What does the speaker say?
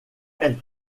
elle